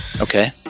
Okay